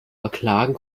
verklagen